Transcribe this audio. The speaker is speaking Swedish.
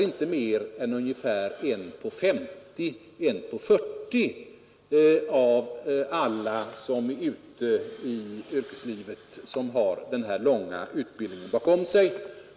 Inte flera än ungefär en på 50 eller en på 40 av alla som är ute i yrkeslivet har lång utbildning bakom sig.